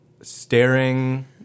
staring